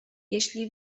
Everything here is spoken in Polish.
jeśli